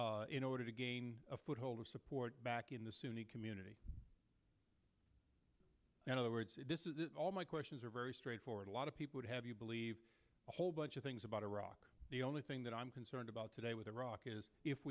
fairness in order to gain a foothold of support back in the sunni community and other words this is all my questions are very straightforward a lot of people would have you believe a whole bunch of things about iraq the only thing that i'm concerned about today with iraq is if